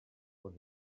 cosa